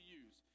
use